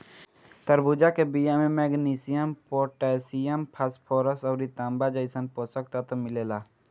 तरबूजा के बिया में मैग्नीशियम, पोटैशियम, फास्फोरस अउरी तांबा जइसन पोषक तत्व मिलेला